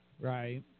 Right